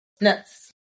Nuts